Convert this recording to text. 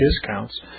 discounts